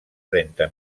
trenta